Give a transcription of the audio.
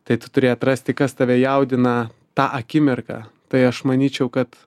tai turi atrasti kas tave jaudina tą akimirką tai aš manyčiau kad